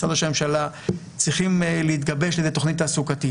משרד ראש הממשלה צריכים להתגבש לידי תוכנית תעסוקתית.